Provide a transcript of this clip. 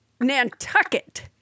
Nantucket